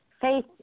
faith